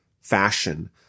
fashion